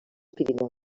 pirineus